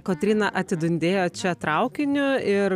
kotryna atidundėjo čia traukiniu ir